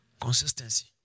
Consistency